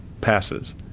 Passes